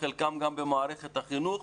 חלקם גם במערכת החינוך.